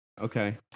Okay